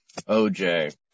OJ